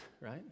right